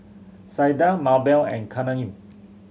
Sydell Mabell and Katheryn